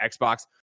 Xbox